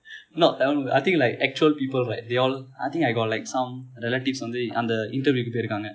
not tamil movie I think like actual people right they all I think I got like some relatives வந்து அந்த:vanthu antha interview போயிருக்கிறார்கள்:poyirukiraargal